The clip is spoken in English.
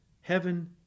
Heaven